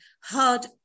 hard